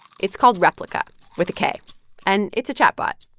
it's called replika with a k and it's a chatbot,